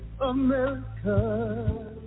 America